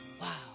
wow